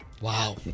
Wow